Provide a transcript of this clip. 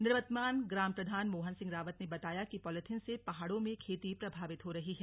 निवर्तमान ग्राम प्रधान मोहन सिंह रावत ने बताया कि पॉलीथिन से पहाड़ों में खेती प्रभावित हो रही है